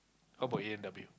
how about A-and-W